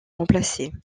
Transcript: remplacer